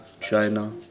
China